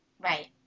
Right